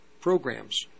programs